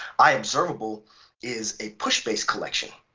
iobservable is a push-based collection.